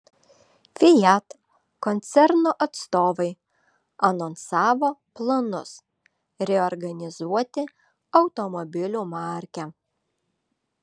fiat koncerno atstovai anonsavo planus reorganizuoti automobilių markę